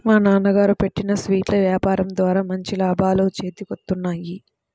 మా నాన్నగారు పెట్టిన స్వీట్ల యాపారం ద్వారా మంచి లాభాలు చేతికొత్తన్నాయి